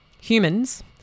Humans